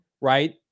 right